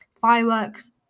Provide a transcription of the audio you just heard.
Fireworks